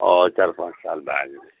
आ चारि पाँच साल भए गेलै